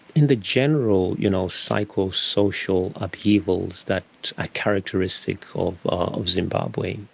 and the general you know psychosocial upheavals that are characteristic of of zimbabwe.